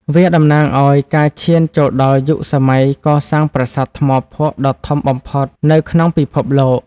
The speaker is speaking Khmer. វាតំណាងឱ្យការឈានចូលដល់យុគសម័យកសាងប្រាសាទថ្មភក់ដ៏ធំបំផុតនៅក្នុងពិភពលោក។